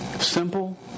simple